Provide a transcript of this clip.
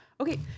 Okay